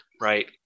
right